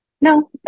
No